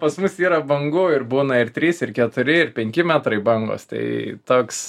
pas mus yra bangų ir būna ir trys ir keturi ir penki metrai bangos tai toks